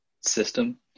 system